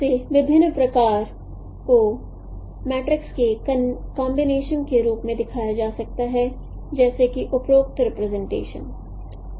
इसे विभिन्न प्रकार को मैट्रिक्स के कॉन्बिनेशन के रूप में दिखाया जा सकता है जैसे कि उपरोक्त रिप्रेजेंटेशन